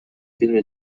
فیلم